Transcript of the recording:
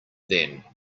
then